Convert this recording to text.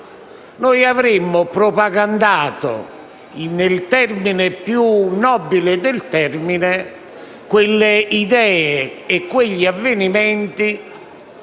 noi avremmo propagandato, nel senso più nobile del termine, quelle idee e quegli avvenimenti